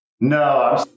No